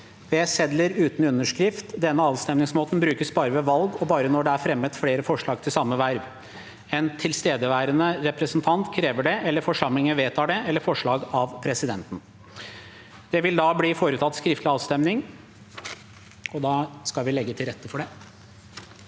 «Ved sedler uten underskrift. Denne avstemningsmåten brukes bare ved valg og bare når det er fremmet flere forslag til samme verv, en tilstedeværende representant krever det eller forsamlingen vedtar det etter forslag av presidenten.» Det vil da bli foretatt skriftlig avstemning. Valget hadde dette resultat: Det